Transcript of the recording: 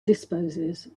disposes